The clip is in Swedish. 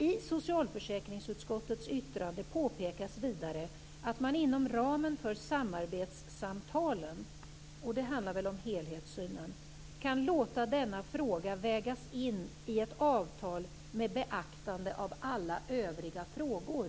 I socialförsäkringsutskottets yttrande påpekas vidare att man inom ramen för samarbetssamtalen" - det handlar väl om helhetssynen - "kan låta denna fråga vägas in i ett avtal med beaktande av alla övriga frågor."